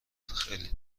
خیلی